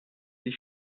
sie